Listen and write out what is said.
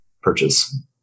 purchase